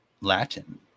Latin